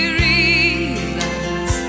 reasons